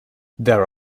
there